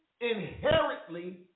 inherently